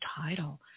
title